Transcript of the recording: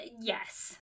yes